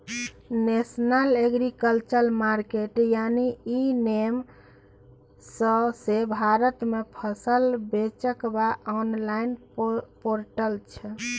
national agriculture market यानी e NAM सौंसे भारत मे फसल बेचबाक आनलॉइन पोर्टल छै